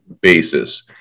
basis